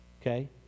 Okay